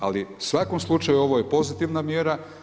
Ali u svakom slučaju ovo je pozitivna mjera.